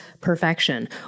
perfection